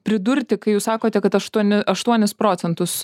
pridurti kai jūs sakote kad aštuoni aštuonis procentus